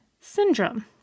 syndrome